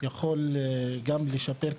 יכול גם לשפר.